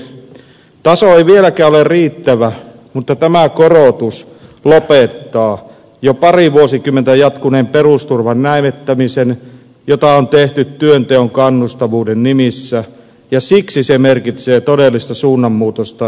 taso ei vieläkään ole riittävä mutta tämä korotus lopettaa jo pari vuosikymmentä jatkuneen perusturvan näivettämisen jota on tehty työnteon kannustavuuden nimissä ja siksi se merkitsee todellista suunnanmuutosta köyhyydenvastaisessa taistelussa